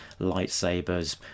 lightsabers